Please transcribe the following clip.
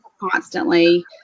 constantly